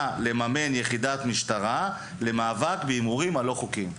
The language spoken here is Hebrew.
לממן יחידת משטרה למאבק בהימורים הלא חוקיים.